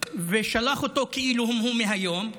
ושלח אותו כאילו הוא מהיום,